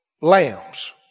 lambs